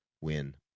win